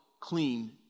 clean